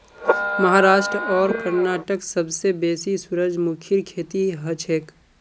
महाराष्ट्र आर कर्नाटकत सबसे बेसी सूरजमुखीर खेती हछेक